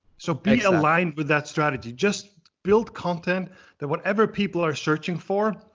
so be aligned with that strategy. just build content that whatever people are searching for,